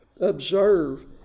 observe